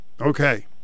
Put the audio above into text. Okay